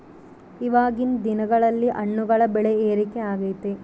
ಇವಾಗಿನ್ ದಿನಗಳಲ್ಲಿ ಹಣ್ಣುಗಳ ಬೆಳೆ ಏರಿಕೆ ಆಗೈತೆ